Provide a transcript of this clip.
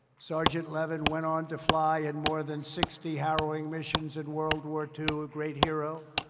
sergeant levin went on to fly in more than sixty harrowing missions in world war two. a great hero.